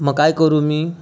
मग काय करू मी